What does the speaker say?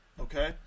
okay